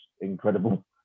incredible